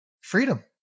freedom